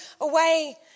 away